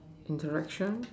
interaction